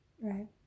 Right